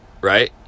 right